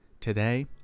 today